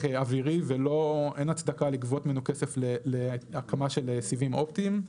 אווירי ואין הצדקה לגבות ממנו כסף להקמה של סיבים אופטיים.